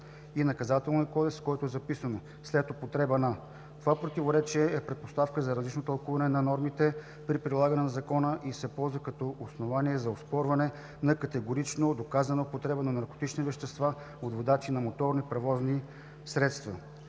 и Наказателния кодекс, в който е записано „след употреба на“. Това противоречие е предпоставка за различно тълкуване на нормите при прилагане на Закона и се ползва като основание за оспорване на категорично доказана употреба на наркотични вещества от водачи на моторни превозни средства